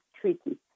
treaty